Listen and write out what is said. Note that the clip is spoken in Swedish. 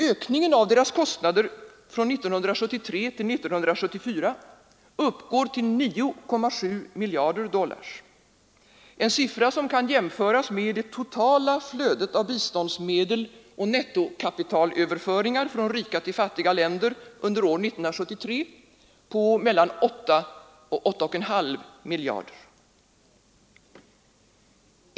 Ökningen av deras kostnader från år 1973 till år 1974 uppgår till 9,7 miljarder dollar, en siffra som kan jämföras med det totala flödet av biståndsmedel och nettokapitalöverföringar från rika till fattiga länder under år 1973 på 8—8,5 miljarder.